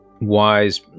wise